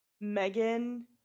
Megan